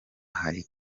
hari